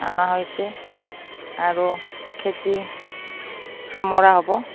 আনা হৈছে আৰু খেতি সামৰা হ'ব